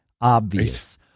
obvious